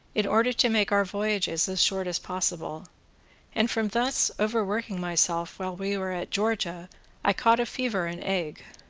in order to make our voyages as short as possible and from thus over-working myself while we were at georgia i caught a fever and ague.